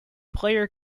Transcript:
player